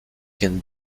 can